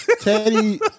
Teddy